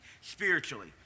spiritually